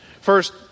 First